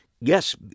Yes